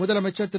முதலமைச்சர் திரு